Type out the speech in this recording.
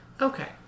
Okay